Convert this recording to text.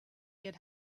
get